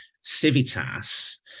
Civitas